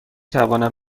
توانم